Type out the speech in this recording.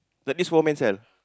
but these four men sell